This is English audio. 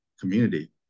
community